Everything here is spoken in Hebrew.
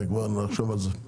נחשוב על זה.